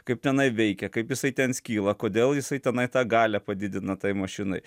kaip tenai veikia kaip jisai ten skyla kodėl jisai tenai tą galią padidina tai mašinai